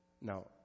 Now